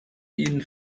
ihnen